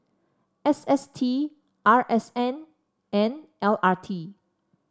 S S T R S N and L R T